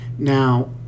Now